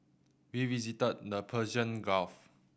we visited the Persian Gulf